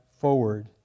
forward